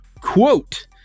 QUOTE